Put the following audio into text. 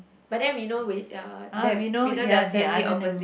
but then we know uh them we know the family opposite